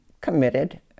committed